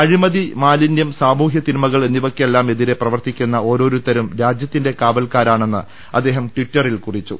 അഴിമതി മാലിന്യം സാമൂഹൃതിന്മകൾ എന്നിവയ്ക്കെല്ലാം എതിരെ പ്രവർത്തിക്കുന്ന ഓരോ രുത്തരും രാജ്യത്തിന്റെ കാവൽക്കാരണെന്ന് അദ്ദേഹം ടിറ്ററിൽ കുറിച്ചു